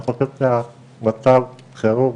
אני חושב שמצב החירום